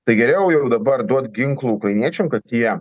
tai geriau jau dabar duot ginklų ukrainiečiam kad jie